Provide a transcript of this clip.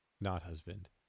not-husband